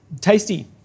tasty